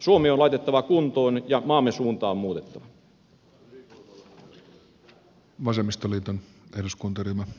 suomi on laitettava kuntoon ja maamme suuntaa muutettava